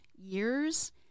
years